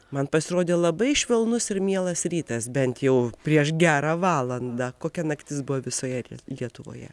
man pasirodė labai švelnus ir mielas rytas bent jau prieš gerą valandą kokia naktis buvo visoje lietuvoje